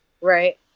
Right